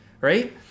right